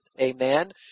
amen